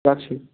রাখছি